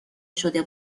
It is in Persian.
شده